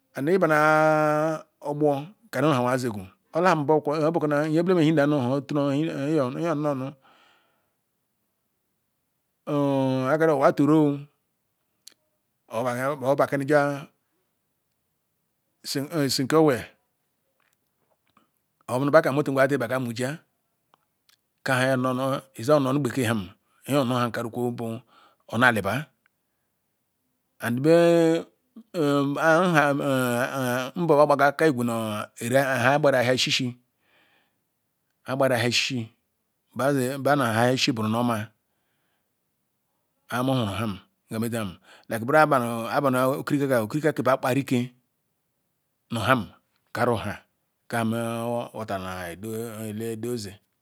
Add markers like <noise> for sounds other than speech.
And iboma ogbor komi-hah nhuna zegu boh okwoi inoje nonu nhe kara waturo-o obakumijia sun kewe oburu nwaka motor bah mujia kah nhijornonu nenu gbeke ham amikarikwo oboh na alibah and beh <hesitation> mboh wagbaga na kah igore ayigbada ishishi bah badaha lshishi emag nwuruham like nbara abanu okrika keh bah kpowu ike nu ham kari hah nyahena water ndi ɛdo zi